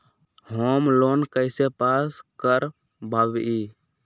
Home loan कैसे pass कर बाबई?